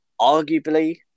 arguably